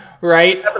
right